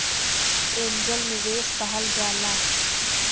angel निवेस कहल जाला